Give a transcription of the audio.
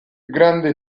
grande